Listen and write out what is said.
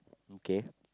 okay